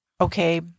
okay